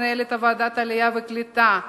מנהלת ועדת העלייה והקליטה,